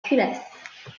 culasse